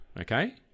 okay